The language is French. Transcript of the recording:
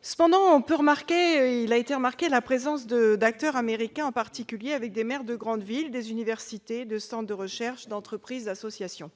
Cependant, on a aussi remarqué la présence d'acteurs américains, notamment des maires de grandes villes, des responsables d'universités, de centres de recherche, d'entreprises, d'associations